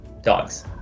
Dogs